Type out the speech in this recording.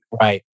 right